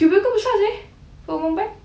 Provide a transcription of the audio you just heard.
cubicle besar seh perempuan